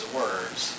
words